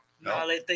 No